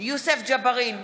יוסף ג'בארין,